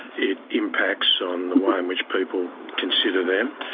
it impacts on the way in which people consider them,